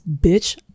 bitch